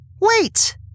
Wait